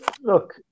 look